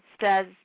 says